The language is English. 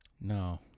No